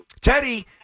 Teddy